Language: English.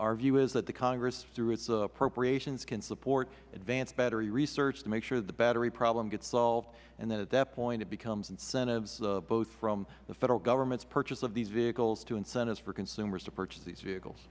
our view is that congress through its appropriations can support advanced battery research to make sure that the battery problem gets solved and then at that point it becomes incentives both from the federal government's purchase of these vehicles to incentives for consumers to purchase these vehicles